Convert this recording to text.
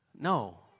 No